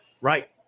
right